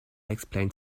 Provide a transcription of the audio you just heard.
explained